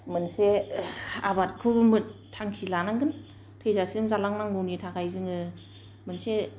मोनसे आबादखौ थांखि लानांगोन थैजासिम जालांनांगौनि थाखाय जोङो मोनसे